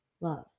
love